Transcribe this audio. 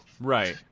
Right